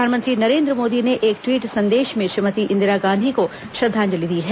प्रधानमंत्री नरेंद्र मोदी ने एक ट्वीट संदेश में श्रीमती इंदिरा गांधी को श्रद्वांजलि दी है